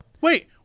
Wait